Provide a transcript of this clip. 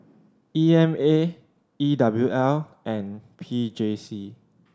E M A E W L and P J C